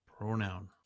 pronoun